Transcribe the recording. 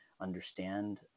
understand